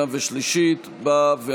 התש"ף 2020,